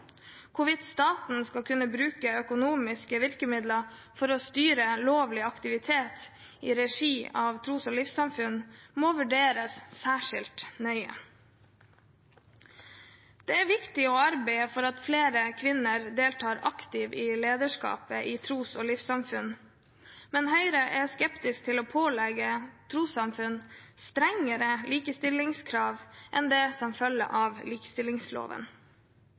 Hvorvidt staten skal kunne bruke økonomiske virkemidler for å styre lovlig aktivitet i regi av tros- og livssynssamfunn, må vurderes særskilt nøye. Det er viktig å arbeide for at flere kvinner deltar aktivt i lederskapet i tros- og livssynssamfunn, men Høyre er skeptisk til å pålegge trossamfunn strengere likestillingskrav enn det som følger av likestillingsloven.